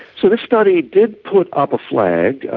so this study did put up a flag.